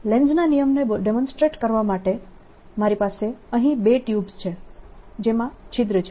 લેન્ઝના નિયમને ડેમોન્સ્ટ્રેટ કરવા માટે મારી પાસે અહીં બે ટ્યુબ્સ છે જેમાં છિદ્ર છે